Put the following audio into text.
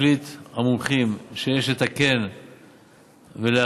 החליטו המומחים שיש לתקן ולהחמיר,